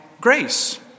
grace